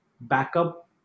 backup